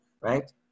right